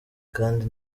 kandi